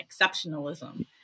exceptionalism